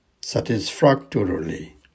satisfactorily